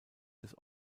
des